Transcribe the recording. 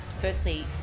Firstly